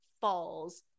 falls